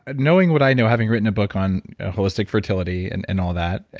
and knowing what i know, having written a book on holistic fertility and and all that,